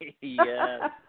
yes